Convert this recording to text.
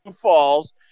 falls